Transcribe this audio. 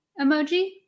emoji